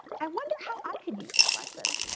i wonder how i could use that lesson?